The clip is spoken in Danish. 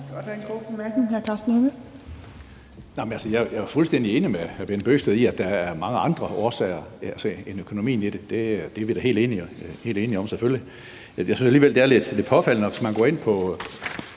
Jeg er fuldstændig enig med hr. Bent Bøgsted i, at der er mange andre årsager end økonomien i det – det er vi da helt enige om selvfølgelig. Jeg synes alligevel, at det er lidt påfaldende, for hvis man går ind på